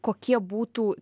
kokie būtų